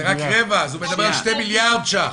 רגע, זה רק רבע, אז הוא מדבר על 2 מיליארד ש"ח.